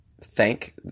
thank